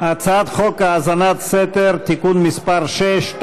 הצעת חוק האזנת סתר (תיקון מס' 6),